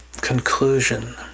conclusion